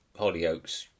Hollyoaks